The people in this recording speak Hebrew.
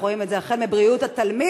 אנחנו רואים את זה החל בבריאות התלמיד,